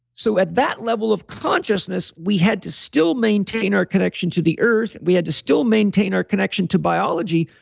so at that level of consciousness, we had to still maintain our connection to the earth. we had to still maintain our connection to biology,